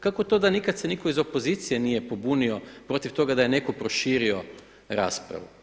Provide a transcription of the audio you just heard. Kako to da nikad se nitko iz opozicije nije pobunio protiv toga da je netko proširio raspravu?